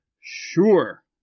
sure